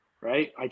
Right